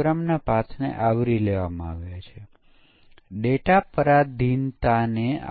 code જોવાની જરૂર નથી